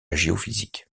géophysique